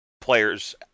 players